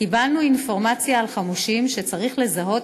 קיבלנו אינפורמציה על חמושים שצריך לזהות